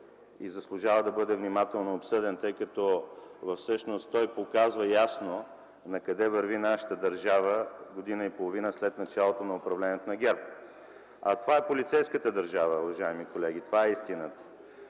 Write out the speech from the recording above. и заслужава да бъде внимателно обсъден, тъй като всъщност той ясно показва накъде върви нашата държава година и половина след началото на управлението на ГЕРБ. Това е полицейската държава, уважаеми колеги. Това е истината.